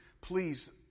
please